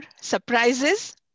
surprises